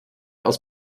aus